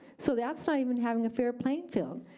so that's not even having a fair playing field.